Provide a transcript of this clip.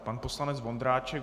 Pan poslanec Vondráček.